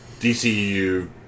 DCU